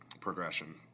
progression